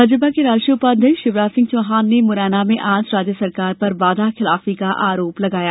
भाजपा के राष्ट्रीय उपाध्यक्ष शिवराज सिंह चौहान ने मुरैना में आज राज्य सरकार पर वादाखिलाफी का आरोप लगाया